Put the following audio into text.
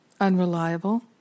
unreliable